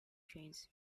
trains